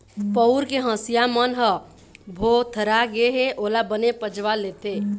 पउर के हँसिया मन ह भोथरा गे हे ओला बने पजवा लेते